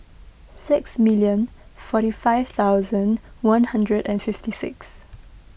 six million forty five thousand one hundred and fifty six